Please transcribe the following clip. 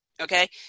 Okay